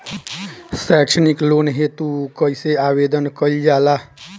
सैक्षणिक लोन हेतु कइसे आवेदन कइल जाला?